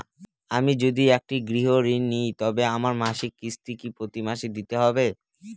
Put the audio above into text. আমি যদি একটি গৃহঋণ নিই তবে আমার মাসিক কিস্তি কি প্রতি মাসে দিতে হবে?